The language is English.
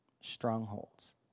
strongholds